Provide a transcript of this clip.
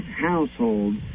household